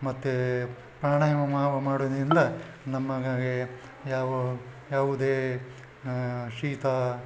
ಮತ್ತೆ ಪ್ರಾಣಾಯಾಮ ಮಾಡುವುದ್ರಿಂದ ನಮಗೆ ಯಾವು ಯಾವುದೇ ಶೀತ